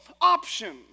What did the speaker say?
option